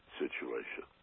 situation